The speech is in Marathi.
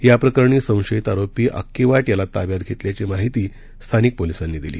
या प्रकरणी संशयित आरोपी आक्कीवाट याला ताब्यात घेतल्याची माहिती स्थानिक पोलीसांनी दिली